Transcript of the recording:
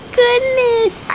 goodness